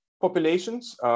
populations